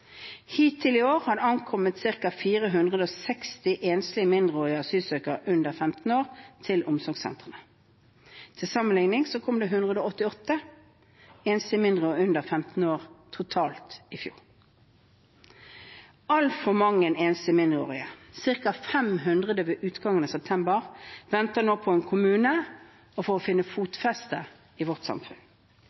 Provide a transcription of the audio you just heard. Hittil i år har det ankommet ca. 460 enslige mindreårige asylsøkere under 15 år til omsorgssentrene. Til sammenlikning kom det 188 enslige mindreårige under 15 år totalt i fjor. Altfor mange enslige mindreårige – ca. 500 ved utgangen av september – venter nå på å komme til en kommune og finne fotfeste i vårt samfunn.